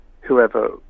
whoever